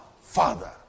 Father